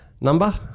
number